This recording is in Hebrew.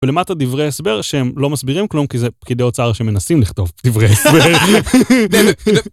ולמטה דברי הסבר שהם לא מסבירים כלום כי זה פקידי אוצר שמנסים לכתוב דברי הסבר.